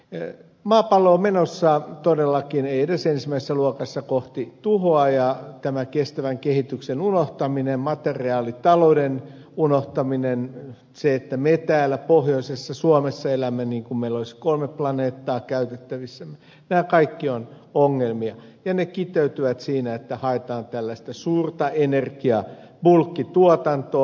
maapallo on menossa todellakin ei edes ensimmäisessä luokassa kohti tuhoa ja tämä kestävän kehityksen unohtaminen materiaalitalouden unohtaminen se että me täällä pohjoisessa suomessa elämme niin kuin meillä olisi kolme planeettaa käytettävissä nämä kaikki on ongelmia ja ne kiteytyvät siinä että haetaan tällaista suurta energiabulkkituotantoa